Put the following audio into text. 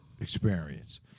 experience